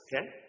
okay